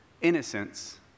Innocence